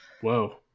Whoa